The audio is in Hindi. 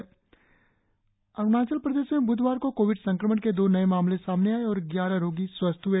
उधर अरुणाचल प्रदेश में ब्धवार को कोविड संक्रमण के दो नए मामले सामने आए और ग्यारह रोगी स्वस्थ हए